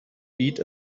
beat